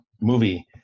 movie